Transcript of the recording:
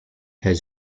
has